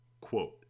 Quote